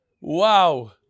Wow